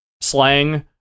slang